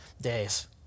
days